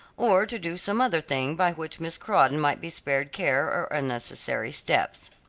or to do some other thing by which miss crawdon might be spared care or unnecessary steps.